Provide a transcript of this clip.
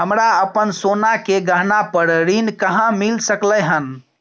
हमरा अपन सोना के गहना पर ऋण कहाॅं मिल सकलय हन?